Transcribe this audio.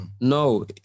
No